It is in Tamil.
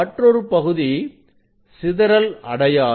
மற்றொரு பகுதி சிதறல் அடையாது